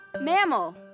Mammal